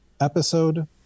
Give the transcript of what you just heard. episode